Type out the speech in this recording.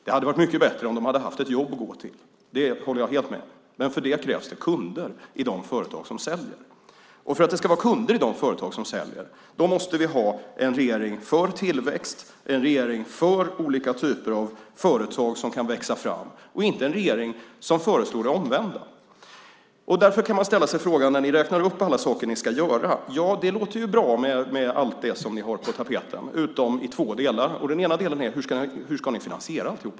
Det hade varit mycket bättre om de hade haft ett jobb att gå till. Det håller jag helt med om. Men för det krävs det kunder i de företag som säljer. Och för att det ska vara kunder i de företag som säljer måste vi ha en regering för tillväxt, för olika typer av företag som kan växa fram och inte en regering som föreslår det omvända. Ni räknar upp alla saker som ni ska göra. Det låter bra med allt det som ni har på tapeten, utom i två delar. Den ena delen är: Hur ska ni finansiera alltihop?